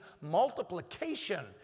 Multiplication